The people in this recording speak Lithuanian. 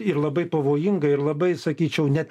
ir labai pavojinga ir labai sakyčiau net